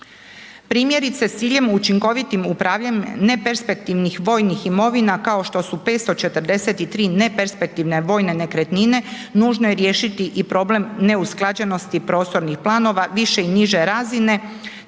Primjerice s ciljem učinkovitim upravljanjem neperspektivnih vojnih imovina, kao što su 543 neperspektivne vojne nekretnine, nužno je riješiti i problem neusklađenosti prostornih planova, više i niže razine,